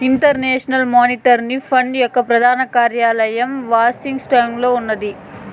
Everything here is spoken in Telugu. ఇంటర్నేషనల్ మానిటరీ ఫండ్ యొక్క ప్రధాన కార్యాలయం వాషింగ్టన్లో ఉన్నాది